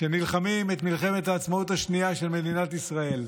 שנלחמים את מלחמת העצמאות השנייה של מדינת ישראל,